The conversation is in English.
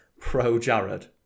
pro-Jared